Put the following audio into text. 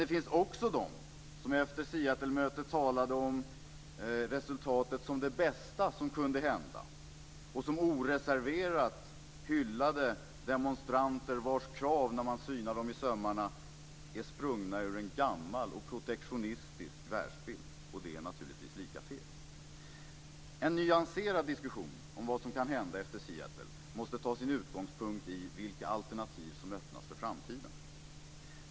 Det finns också de som efter Seattlemötet talade om resultatet som det bästa som kunde ha hänt och som oreserverat hyllade demonstranter vars krav när de synas i sömmarna är sprungna ur en gammal och protektionistisk världsbild. Det är naturligtvis lika fel. En nyanserad diskussion om vad som kan hända efter Seattle måste ta sin utgångspunkt i vilka alternativ som öppnas för framtiden.